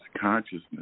consciousness